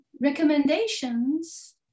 recommendations